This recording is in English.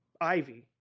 Ivy